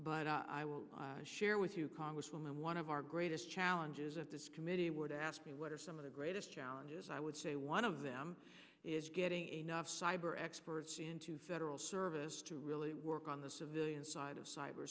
but i will share with you congresswoman one of our greatest challenges of this committee would ask me what are some of the greatest challenges i would say one of them is getting enough cyber experts into federal service to really work on the civilian side of cyber